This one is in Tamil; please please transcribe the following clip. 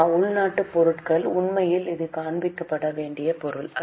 உள்நாட்டு மூலப்பொருள் உண்மையில் இது காண்பிக்கப்பட வேண்டிய பொருள் அல்ல